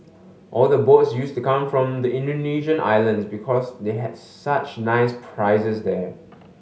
all the boats used to come from the Indonesian islands because they had such nice prizes here